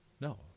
No